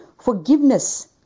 forgiveness